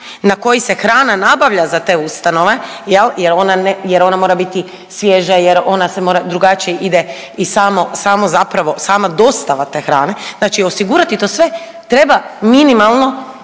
na koji se hrana nabavlja za te ustanove jel, jer ona mora biti svježa, ona se mora, drugačije ide i samo, samo zapravo, sama dostava hrane, znači osigurati to sve treba minimalno